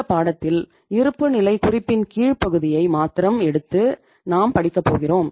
இந்த பாடத்தில் இருப்புநிலை குறிப்பின் கீழ் பகுதியை மாத்திரம் எடுத்து நாம் படிக்கப் போகிறோம்